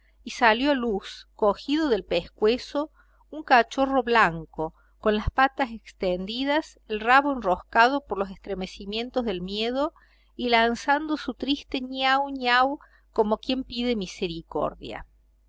y salió a luz cogido del pescuezo un cachorro blanco con las patas extendidas el rabo enroscado por los estremecimientos del miedo y lanzando su triste ñau ñau como quien pide misericordia